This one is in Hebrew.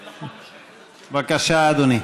בבקשה, אדוני.